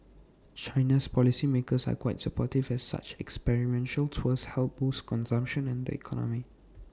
China's policy makers are quite supportive as such experiential tours help boost consumption and the economy